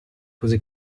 così